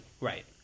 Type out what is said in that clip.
Right